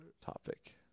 topic